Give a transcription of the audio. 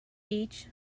beach